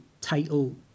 title